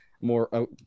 more